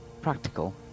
practical